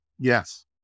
Yes